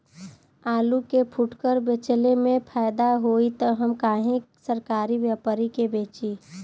आलू के फूटकर बेंचले मे फैदा होई त हम काहे सरकारी व्यपरी के बेंचि?